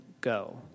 go